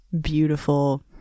beautiful